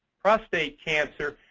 prostate cancer,